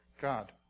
God